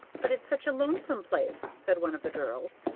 but it's such a lonesome place! said one of the girls.